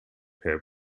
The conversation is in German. per